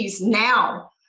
now